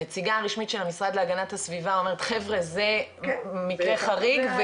הנציגה הרשמית של המשרד להגנת הסביבה אומרת - חבר'ה זה מקרה חריג.